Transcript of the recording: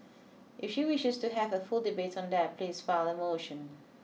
if she wishes to have a full debate on that please file a motion